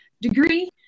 degree